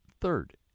Third